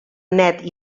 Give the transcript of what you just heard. net